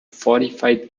fortified